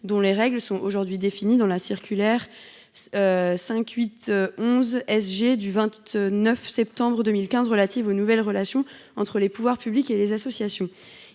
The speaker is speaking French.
en la matière ont été définies par la circulaire n° 5811 SG du 29 septembre 2015 relative aux nouvelles relations entre les pouvoirs publics et les associations.